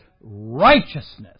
righteousness